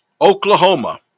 Oklahoma